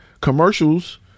Commercials